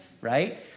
right